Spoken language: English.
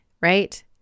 right